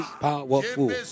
powerful